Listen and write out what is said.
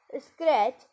Scratch